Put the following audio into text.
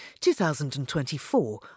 2024